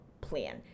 plan